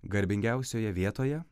garbingiausioje vietoje